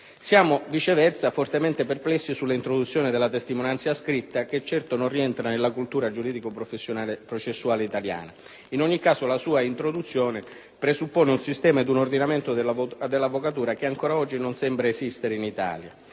Siamo, viceversa, fortemente perplessi sulla introduzione della testimonianza scritta che, certo, non rientra nella cultura giuridico-processuale italiana. In ogni caso, la sua introduzione presuppone un sistema ed un ordinamento dell'avvocatura che ancora oggi non esiste in Italia.